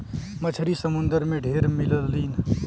मछरी समुंदर में ढेर मिललीन